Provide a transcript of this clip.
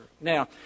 Now